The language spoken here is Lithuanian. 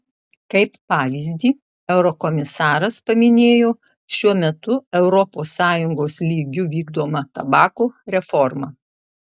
kaip pavyzdį eurokomisaras paminėjo šiuo metu europos sąjungos lygiu vykdomą tabako reformą